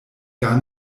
gar